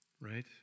Right